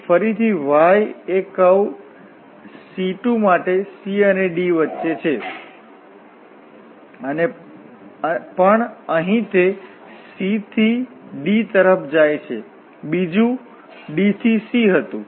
અહીં ફરીથી y એ કર્વ C2માટે c અને d વચ્ચે છે પણ અહીં તે c થી d તરફ જાય છે બીજુ d થી c હતું